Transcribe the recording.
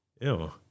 Ew